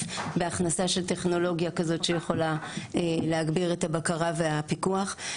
בהכנסה של טכנולוגיה כזאת שיכולה להגביר את הבקרה והפיקוח.